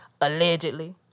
allegedly